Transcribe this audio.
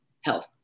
health